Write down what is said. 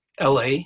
la